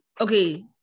okay